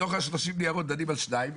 מתוך ה-30 ניירות דנים על שניים,